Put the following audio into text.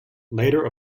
later